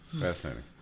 Fascinating